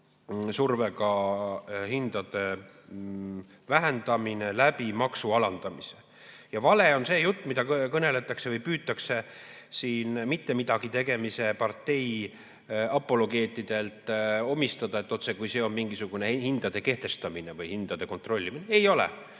survega hindade vähendamine maksualandamise teel. Vale on see jutt, mida kõneletakse või püütakse siin mittemidagitegemise partei apologeetidelt omistada, otsekui see oleks mingisugune hindade kehtestamine või hindade kontrollimine. Ei ole,